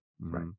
Right